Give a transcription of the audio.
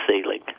ceiling